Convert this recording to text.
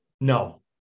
No